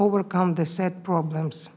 overcome the sad problems